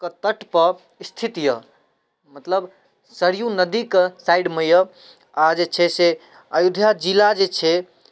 के तटपर स्थित यऽ मतलब सरयू नदीके साइडमे यऽ आओर जे छै से अयोध्या जिला जे छै